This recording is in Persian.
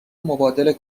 مبادله